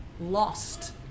lost